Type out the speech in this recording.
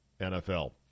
NFL